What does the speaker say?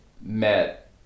met